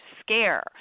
scare